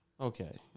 okay